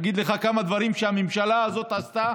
אגיד לך כמה דברים שהממשלה הזאת עשתה